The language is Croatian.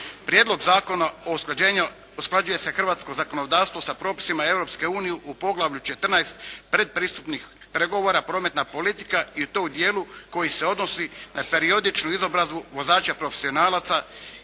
Prijedlog zakona usklađuje se hrvatsko zakonodavstvo sa propisima Europske unije u poglavlju XIV. pretpristupnih pregovora prometna politika i to u dijelu koji se odnosi na periodičnu izobrazbu vozača profesionalaca,